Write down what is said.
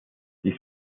dies